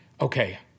okay